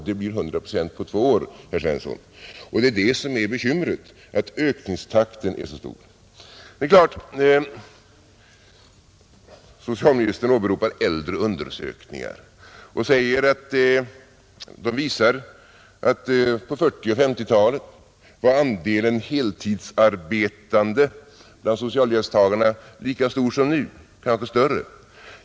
Det blir 100 procent på två år, herr Svensson, och bekymret är att ökningstakten är så stor. Socialministern åberopar äldre undersökningar och säger att de visar att på 1940 och 1950-talen var andelen heltidsarbetande bland socialhjälpstagarna lika stor som nu, kanske större.